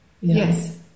Yes